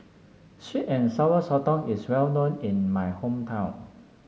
Sweet and Sour Sotong is well known in my hometown